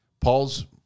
Paul's